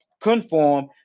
conform